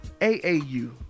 AAU